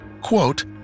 Quote